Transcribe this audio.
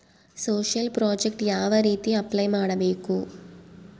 Social project ಯಾವ ರೇತಿ apply ಮಾಡಬೇಕು?